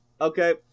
Okay